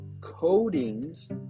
coatings